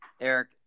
Eric